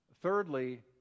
Thirdly